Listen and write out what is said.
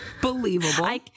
Believable